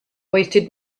wasted